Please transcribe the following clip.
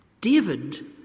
David